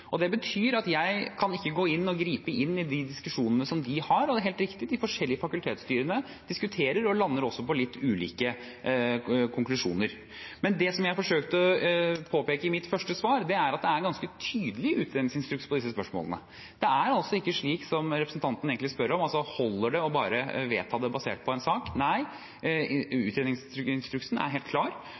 Det betyr at jeg ikke kan gå inn og gripe inn i de diskusjonene som de har. Og det er helt riktig: De forskjellige fakultetsstyrene diskuterer, og lander også på litt ulike konklusjoner. Det som jeg forsøkte å påpeke i mitt første svar, er at det er en ganske tydelig utredningsinstruks på disse spørsmålene. Det er ikke slik, som representanten egentlig spør om, om det holder bare å vedta det basert på en sak. Nei, utredningsinstruksen er helt klar,